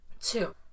Two